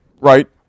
Right